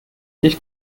ich